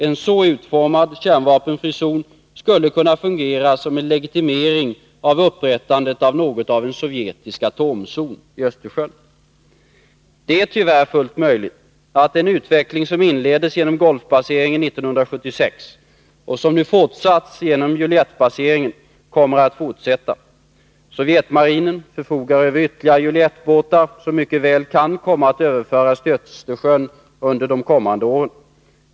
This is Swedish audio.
En så utformad kärnvapenfri zon skulle kunna fungera som en legitimering av upprättandet av något av en sovjetisk atomzon i Östersjön. Det är tyvärr fullt möjligt att den utveckling som inleddes genom Golfbaseringen 1976, och som nu fortsattes genom Juliettbaseringen, kommer att fortsätta. Sovjetmarinen förfogar över ytterligare Juliettbåtar som mycket väl kan komma att överföras till Östersjön under de kommande åren.